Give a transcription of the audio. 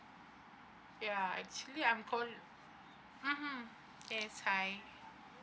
ya actually I'm call mmhmm yes hi